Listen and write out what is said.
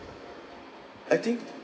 I think